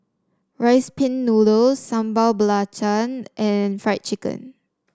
Rice Pin Noodles Sambal Belacan and Fried Chicken